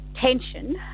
tension